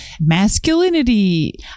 masculinity